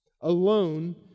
alone